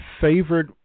favorite